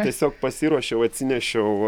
tiesiog pasiruošiau atsinešiau